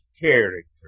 character